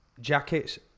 jackets